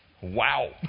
Wow